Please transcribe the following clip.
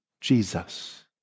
Jesus